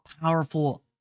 powerful